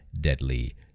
deadly